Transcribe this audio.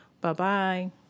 Bye-bye